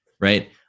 right